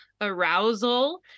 arousal